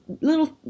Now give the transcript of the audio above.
little